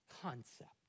concept